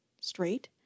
straight